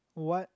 what